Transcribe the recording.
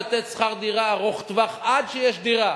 לתת שכר דירה ארוך טווח עד שיש דירה,